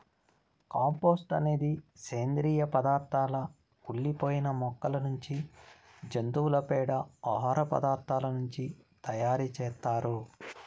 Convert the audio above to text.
compost అనేది సేంద్రీయ పదార్థాల కుళ్ళి పోయిన మొక్కల నుంచి, జంతువుల పేడ, ఆహార పదార్థాల నుంచి తయారు చేత్తారు